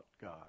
God